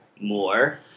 more